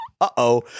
uh-oh